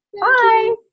Bye